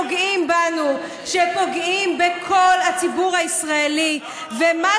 שפוגעים בנו, שפוגעים בכל הציבור הישראלי, למה